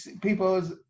people